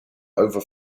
over